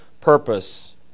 purpose